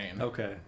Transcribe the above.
Okay